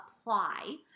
apply